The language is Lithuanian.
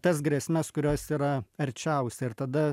tas grėsmes kurios yra arčiausiai ir tada